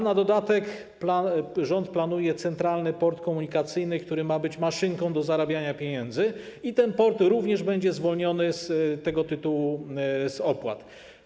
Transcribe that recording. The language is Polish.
Na dodatek rząd planuje Centralny Port Komunikacyjny, który ma być maszynką do zarabiania pieniędzy, i ten port również będzie zwolniony z tego tytułu z opłat.